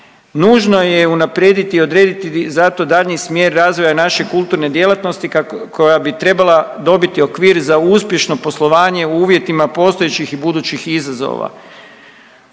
Nužno je unaprijediti i odrediti zato daljnji smjer razvoja i naše kulturne djelatnosti koja bi trebala dobiti okvir za uspješno poslovanje u uvjetima postojećih i budućih izazova.